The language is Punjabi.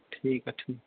ਠੀਕ ਹੈ ਠੀ